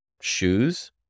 Shoes